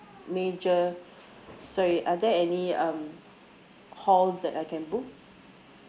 major sorry are there any um halls that I can book